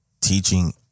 Teaching